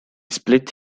split